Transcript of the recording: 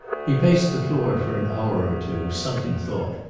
he paced the floor for an hour or two, sunk in thought,